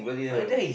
I wonder he's